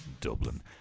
Dublin